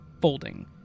folding